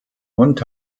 hund